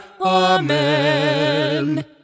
Amen